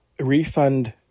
refund